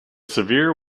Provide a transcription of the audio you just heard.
severe